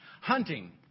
hunting